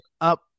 up